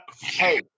Hey